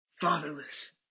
fatherless